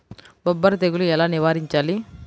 బొబ్బర తెగులు ఎలా నివారించాలి?